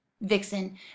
Vixen